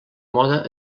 moda